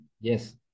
Yes